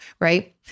right